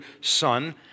son